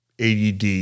add